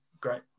great